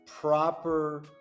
proper